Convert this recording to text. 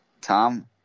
Tom